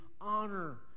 honor